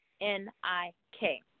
N-I-K